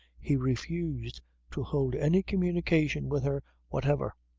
he refused to hold any communication with her whatever.